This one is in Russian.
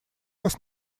вас